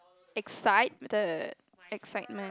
excite the excitement